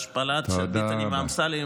השפלת הביטנים והאמסלמים,